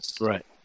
right